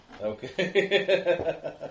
Okay